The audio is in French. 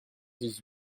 dix